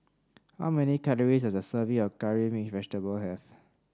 how many calories does a serving of Curry Mixed Vegetable have